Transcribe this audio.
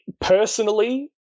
personally